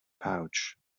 pouch